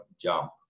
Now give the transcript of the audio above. jump